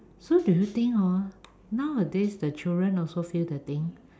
so do you think hor nowadays the children also feel the thing